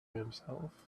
himself